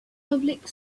public